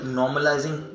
normalizing